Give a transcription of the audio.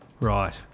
Right